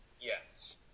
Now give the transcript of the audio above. Yes